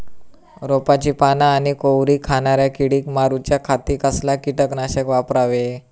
रोपाची पाना आनी कोवरी खाणाऱ्या किडीक मारूच्या खाती कसला किटकनाशक वापरावे?